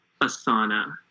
asana